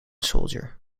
soldier